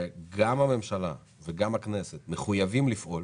גם הממשלה וגם הכנסת מחויבות לפעול